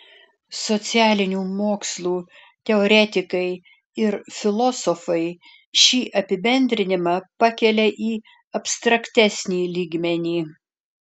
socialinių mokslų teoretikai ir filosofai šį apibendrinimą pakelia į abstraktesnį lygmenį